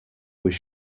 was